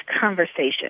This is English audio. conversation